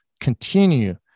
continue